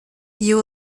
you